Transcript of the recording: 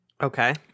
Okay